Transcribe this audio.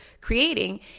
creating